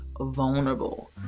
vulnerable